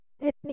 ethnic